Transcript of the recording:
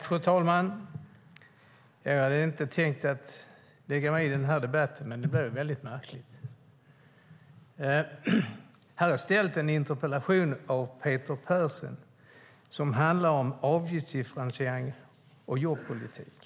Fru talman! Jag hade inte tänkt lägga mig i debatten, men det blev väldigt märkligt. Här har ställts en interpellation av Peter Persson som handlar om avgiftsdifferentiering och jobbpolitik.